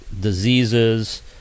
diseases